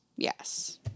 Yes